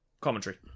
commentary